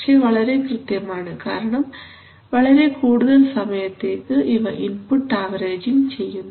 പക്ഷെ വളരെ കൃത്യമാണ് കാരണം വളരെ കൂടുതൽ സമയത്തേക്ക് ഇവ ഇൻപുട്ട് ആവറേജിങ് ചെയ്യുന്നു